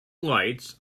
lights